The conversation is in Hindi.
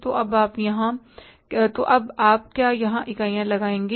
तो अब आप क्या यहां इकाइयां लगाएंगे